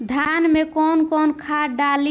धान में कौन कौनखाद डाली?